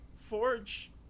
Forge